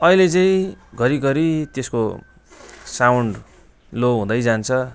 अहिले चाहिँ घरि घरि त्यसको साउन्ड लो हुँदै जान्छ